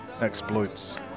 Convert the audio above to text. exploits